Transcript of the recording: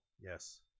yes